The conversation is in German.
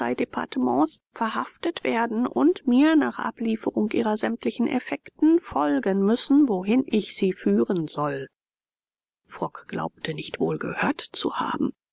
verhaftet werden und mir nach ablieferung ihrer sämtlichen effekten folgen müssen wohin ich sie führen soll frock glaubte nicht wohl gehört zu haben